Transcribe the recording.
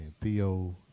theo